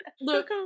Look